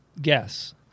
guess